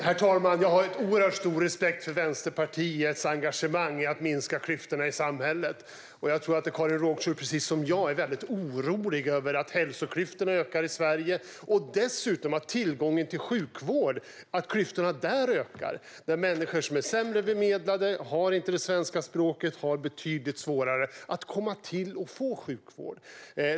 Herr talman! Jag har oerhört stor respekt för Vänsterpartiets engagemang i att minska klyftorna i samhället. Jag tror att Karin Rågsjö precis som jag är väldigt orolig över att hälsoklyftorna ökar i Sverige. Dessutom ökar klyftorna vad gäller tillgången till sjukvård. Människor som är sämre bemedlade och som inte har det svenska språket har betydligt svårare att komma till och få sjukvård.